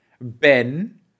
Ben